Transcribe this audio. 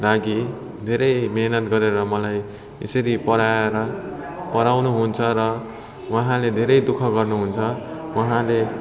लागि धेरै मेहनत गरेर मलाई यसरी पढाएर पढाउनु हुन्छ र उहाँले धेरै दुःख गर्नु हुन्छ उहाँले